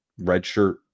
redshirt